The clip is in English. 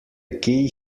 key